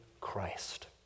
christ